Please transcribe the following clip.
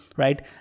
right